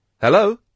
Hello